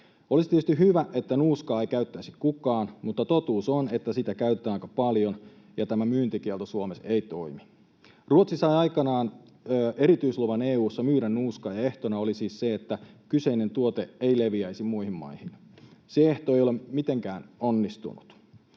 Olisi tietysti hyvä, että nuuskaa ei käyttäisi kukaan, mutta totuus on, että sitä käytetään aika paljon ja tämä myyntikielto Suomessa ei toimi. Ruotsi sai aikanaan EU:ssa erityisluvan myydä nuuskaa, ja ehtona oli siis se, että kyseinen tuote ei leviäisi muihin maihin. Se ehto ei ole mitenkään onnistunut.